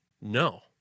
No